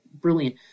brilliant